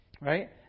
right